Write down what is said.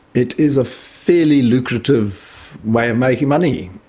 it is a fairly lucrative way um making money,